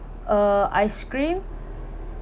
uh ice cream